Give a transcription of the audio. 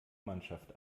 mannschaft